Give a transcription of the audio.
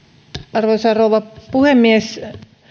arvoisa rouva puhemies